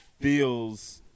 feels